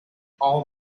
all